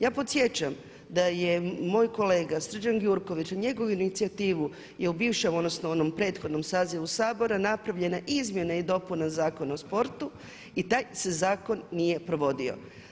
Ja podsjećam da je moj kolega Srđan Gjurković na njegovu inicijativu je u višem odnosno u onom prethodnom sazivu Sabora napravljene izmjene i dopune Zakona o sportu i taj se zakon nije provodio.